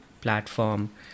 platform